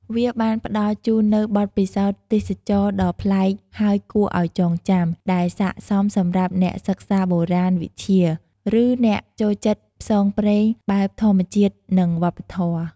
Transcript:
វាបានផ្តល់ជូននូវបទពិសោធន៍ទេសចរណ៍ដ៏ប្លែកហើយគួរឱ្យចងចាំ ដែលស័ក្តិសមសម្រាប់អ្នកសិក្សាបុរាណវិទ្យា ឫអ្នកចូលចិត្តផ្សងព្រេងបែបធម្មជាតិនិងវប្បធម៌។